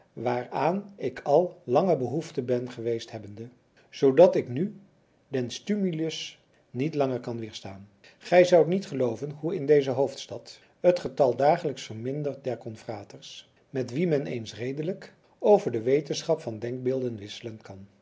aan ik al lange behoefte ben geweest hebbende zoodat ik nu den stumilus niet langer kan wederstaan gij zoudt niet gelooven hoe in deze hoofdstad het getal dagelijks vermindert der confraters met wie men eens redelijk over de wetenschap van denkbeelden wisselen kan